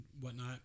whatnot